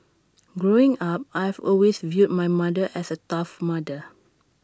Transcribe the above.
growing up I've always viewed my mother as A tough mother